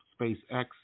SpaceX